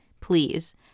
please